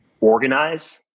organize